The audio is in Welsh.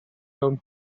mewn